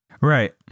right